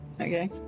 Okay